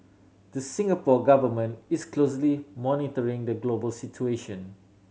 the Singapore Government is closely monitoring the global situation